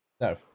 No